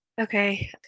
Okay